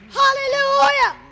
hallelujah